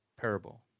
parable